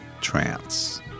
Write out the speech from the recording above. trance